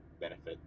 benefit